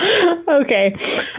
Okay